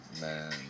man